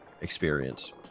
experience